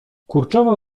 kurczowo